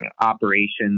operations